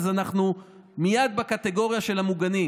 ואז אנחנו מייד בקטגוריה של המוגנים?